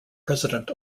president